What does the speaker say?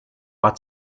war